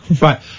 Right